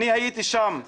אני הייתי שם,